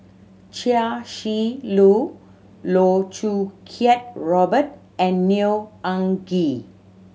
Chia Shi Lu Loh Choo Kiat Robert and Neo Anngee